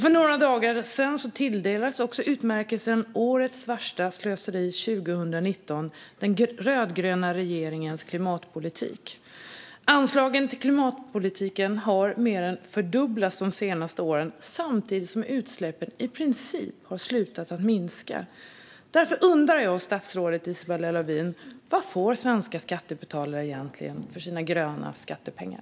För några dagar sedan tilldelades den rödgröna regeringens klimatpolitik utmärkelsen årets värsta slöseri 2019. Anslagen till klimatpolitiken har mer än fördubblats under de senaste åren samtidigt som utsläppen i princip har slutat att minska. Därför undrar jag, statsrådet Isabella Lövin: Vad får svenska skattebetalare egentligen för sina gröna skattepengar?